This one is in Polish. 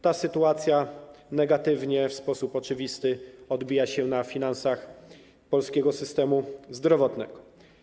Ta sytuacja negatywnie w sposób oczywisty odbija się na finansach polskiego systemu zdrowotnego.